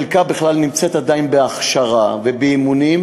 חלקה בכלל נמצא עדיין בהכשרה ובאימונים,